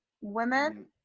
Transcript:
women